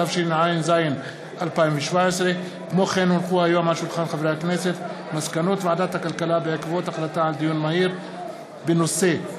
התשע"ז 2017. מסקנות ועדת הכלכלה בעקבות דיון מהיר בהצעתם